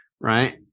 Right